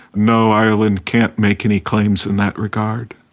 no, ireland can't make any claims in that regard.